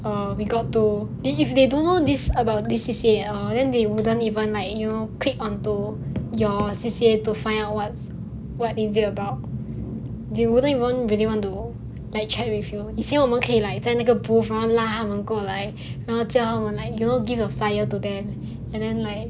err we got to if they don't even know about this C_C_A at all then they wouldn't even like you know click onto your C_C_A to find out what's what is it about they wouldn't even really want to like chat with you 以前我们可以 like 在那个 booth 拉他们过来然后 give the flyer to them and then like